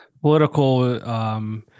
political